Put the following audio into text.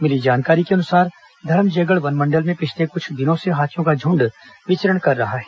मिली जानकारी के अनुसार धरमजयगढ़ वन मंडल में पिछले कुछ दिनों से हाथियों का झुंड विचरण कर रहा है